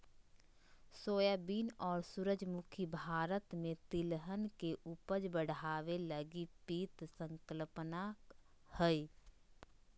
soybean और सूरजमुखी भारत में तिलहन के उपज बढ़ाबे लगी पीत संकल्पना हइ